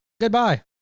Goodbye